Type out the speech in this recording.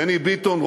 בני ביטון,